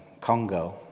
Congo